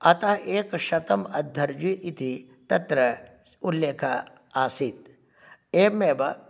अतः एकशतम् अध्वर्युः इति तत्र उल्लेखः आसीत् एवमेव